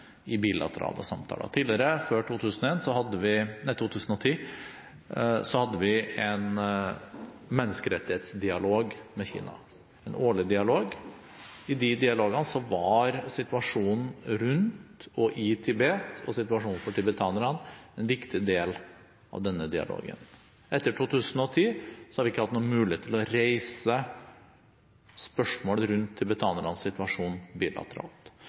i bilaterale samtaler. Tidligere, før 2010, hadde vi en årlig menneskerettighetsdialog med Kina. En viktig del av denne dialogen var situasjonen rundt og i Tibet og situasjonen for tibetanerne. Siden 2010 har vi ikke hatt noen mulighet til å reise spørsmål rundt tibetanernes situasjon bilateralt.